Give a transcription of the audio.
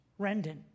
Rendon